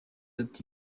ati